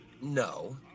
no